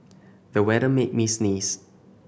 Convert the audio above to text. the weather made me sneeze